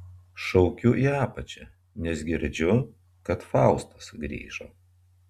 šaukiu į apačią nes girdžiu kad faustas grįžo